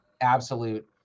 absolute